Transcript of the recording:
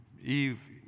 Eve